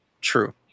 true